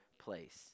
place